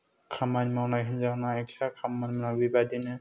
खामानि मावनाय हिनजावना एक्सत्रा खामानि मावनाय बेबादिनो